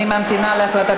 אני ממתינה להחלטת